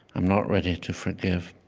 i'm not ready to forgive.